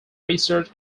research